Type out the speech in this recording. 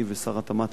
אני ושר התמ"ת,